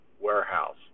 warehouse